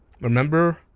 remember